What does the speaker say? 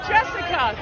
Jessica